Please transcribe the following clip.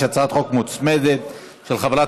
יש הצעת חוק מוצמדת, של חברת